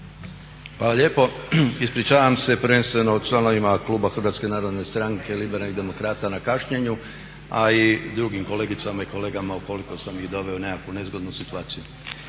Hvala lijepo. Ispričavam se, prvenstveno članovima kluba HNS-a na kašnjenju a i drugim kolegicama i kolegama ukoliko sam ih doveo u nekakvu nezgodnu situaciju.